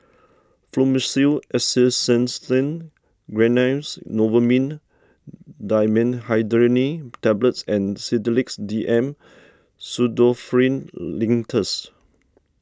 Fluimucil Acetylcysteine Ran Lance Novomin Dimenhydrinate Tablets and Sedilix D M Pseudoephrine Linctus